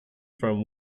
from